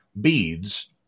beads